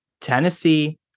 Tennessee